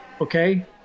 okay